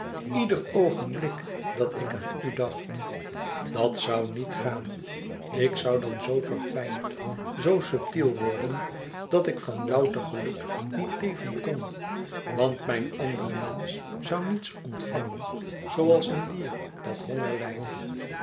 ieder oogenblik dat ik aan u dacht dat zoû niet gaan ik zou dan zoo verfijnd zoo subtiel worden dat ik van louter geluk niet leven kon want mijn andere mensch zoû niets ontvangen zooals een dier dat honger lijdt